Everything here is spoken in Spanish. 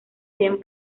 bien